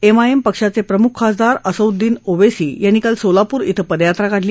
MIM पक्षाचे प्रमुख खासदार असदउददिन ओवेसी यांनी काल सोलापूर इथं पदयात्रा काढली